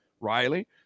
Riley